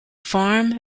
farm